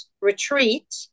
retreat